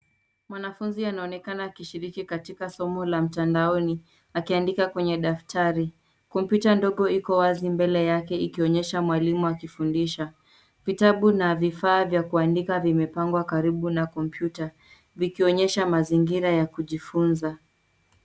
Mwanafunzi anaonekana akishiriki katika somo la mtandaoni akiandika kwenye daftari. Kompyuta ndogo iko wazi mbele yake ikionyesha mwalimu akifundisha. Vitabu na vifaa vya kuandika vimepangwa karibu na kompyuta, vikionyesha mazingira ya kujifunza.